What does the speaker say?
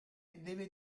deve